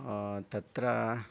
तत्र